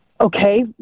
Okay